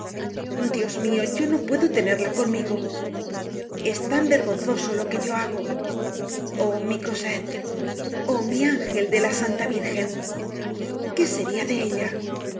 hija diosmio yo no puedo tenerla conmigo es tan vergonzoso loque yo hago oh mi cosette oh mi ángel de la santa virgen qué seria de ella